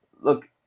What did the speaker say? look